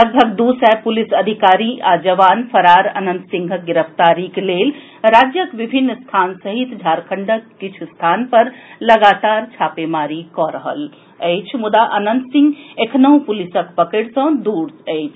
लगभग दू सय पुलिस अधिकारी आ जवान फरार अनंत सिंहक गिरफ्तारीक लेल राज्यक विभिन्न स्थान सहित झारखंडक किछ् स्थान पर लगातार छापामारी कऽ रहल अछि मुदा अनंत सिंह एखनहु पुलिसक पकड़ि सॅ दूर अछि